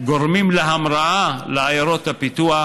גורמים להמראה לעיירות הפיתוח,